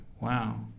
wow